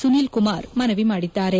ಸುನಿಲ್ ಕುಮಾರ್ ಮನವಿ ಮಾಡಿದ್ದಾರೆ